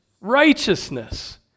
righteousness